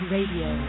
Radio